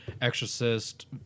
Exorcist